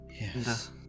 Yes